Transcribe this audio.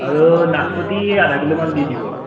আৰু নাচপতি আধা কিলো মান দি দিব